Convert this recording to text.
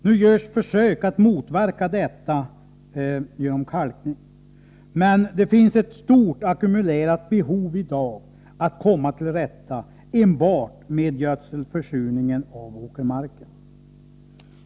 Nu görs försök att motverka detta med kalkning, men det finns i dag ett stort ackumulerat behov att komma till rätta enbart med gödselförsurningen av åkermarken.